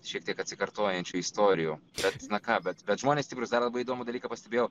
šiek tiek atsikartojančių istorijų bet na ką bet bet žmonės stiprūs dar labai įdomų dalyką pastebėjau